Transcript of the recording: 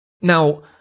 Now